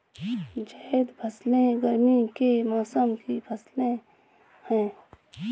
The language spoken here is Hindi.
ज़ैद फ़सलें गर्मी के मौसम की फ़सलें हैं